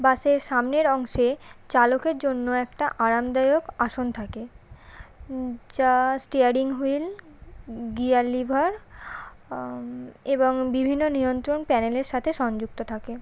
বাসের সামনের অংশে চালকের জন্য একটা আরামদায়ক আসন থাকে যা স্টিয়ারিং হুইল গিয়ার লিভার এবং বিভিন্ন নিয়ন্ত্রণ প্যানেলের সাথে সংযুক্ত থাকে